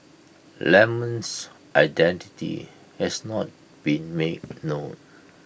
lemon's identity has not been made known